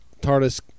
TARDIS